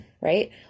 right